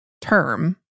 term